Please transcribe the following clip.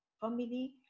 family